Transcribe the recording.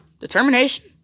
determination